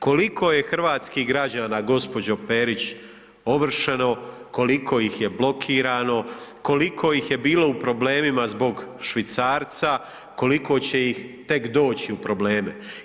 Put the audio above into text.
Koliko je hrvatskih građana gospođo Perić ovršeno, koliko ih je blokirano, koliko ih je bilo u problemima zbog švicarca, koliko će ih tek doći u probleme.